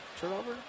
turnover